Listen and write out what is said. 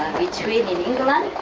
retreat in england,